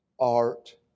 art